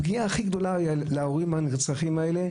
הפגיעה הכי גדולה להורים הנרצחים האלה,